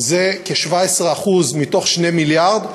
זה כ-17% מתוך 2 מיליארד,